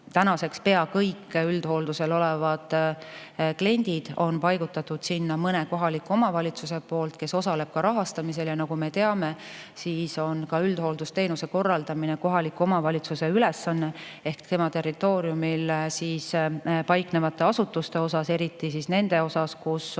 tänaseks pea kõik üldhooldusel olevad kliendid on paigutatud sinna mõne kohaliku omavalitsuse poolt, kes osaleb ka rahastamisel. Nagu me teame, üldhooldusteenuse korraldamine on kohaliku omavalitsuse ülesanne. Seega tema territooriumil paiknevate asutuste osas, eriti nende osas, kus on